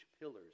pillars